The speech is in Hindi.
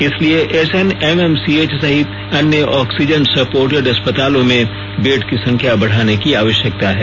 इसलिए एसएनएमसीएच सहित अन्य ऑक्सीजन सपोर्टेड अस्पतालों में बेड की संख्या बढ़ाने की आवश्यकता है